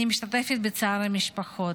אני משתתפת בצער המשפחות.